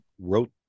wrote